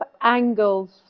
angles